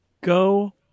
go